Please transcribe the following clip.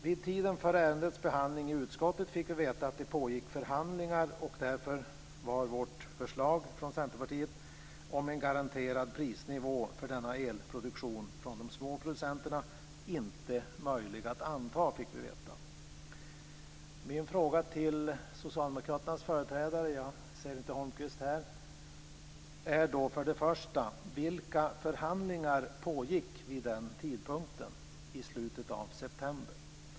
Vid tiden för ärendets behandling i utskottet fick vi veta att förhandlingar pågick och att Centerpartiets förslag om en garanterad prisnivå för elproduktionen från de små producenterna därför inte var möjligt att anta. Mina frågor till Socialdemokraternas företrädare - jag ser inte Holmqvist här - är för det första: Vilka förhandlingar pågick vid den tidpunkten - i slutet av september?